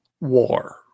war